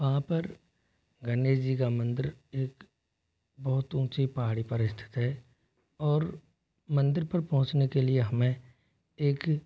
वहाँ पर गणेश जी का मंदिर एक बहुत ऊँची पहाड़ी पर स्थित है और मंदिर पर पहुँचने के लिए हमें एक